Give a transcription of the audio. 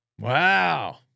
Wow